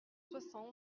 soixante